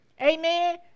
Amen